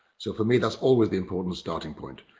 so for me that's always the important starting point,